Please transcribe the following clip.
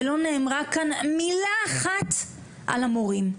ולא נאמרה כאן מילה אחת על המורים.